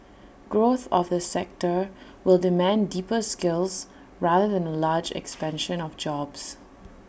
growth of the sector will demand deeper skills rather than A large expansion of jobs